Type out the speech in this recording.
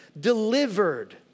Delivered